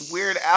Weird